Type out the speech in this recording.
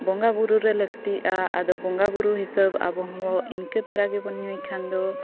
ᱵᱚᱸᱜᱟ ᱵᱩᱨᱩ ᱨᱮ ᱞᱟᱹᱠᱛᱤᱜᱼᱟ ᱟᱫᱚ ᱵᱚᱸᱜᱟ ᱵᱩᱨᱩ ᱦᱤᱸᱥᱟᱹᱵᱽ ᱟᱵᱚ ᱦᱚᱸ ᱤᱱᱠᱟᱹ ᱫᱷᱟᱨᱟ ᱜᱮᱵᱚᱱ ᱧᱩᱭ ᱠᱷᱟᱱ ᱫᱚ